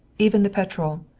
even the petrol.